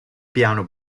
piano